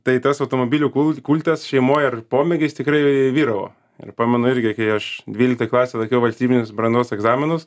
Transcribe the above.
tai tas automobilių kul kultas šeimoj ar pomėgis tikrai vyravo ir pamenu irgi kai aš dvyliktoj klasėj laikiau valstybinius brandos egzaminus